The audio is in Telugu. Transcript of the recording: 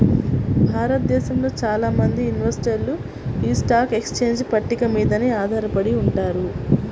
భారతదేశంలో చాలా మంది ఇన్వెస్టర్లు యీ స్టాక్ ఎక్స్చేంజ్ పట్టిక మీదనే ఆధారపడి ఉంటారు